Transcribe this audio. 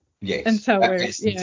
yes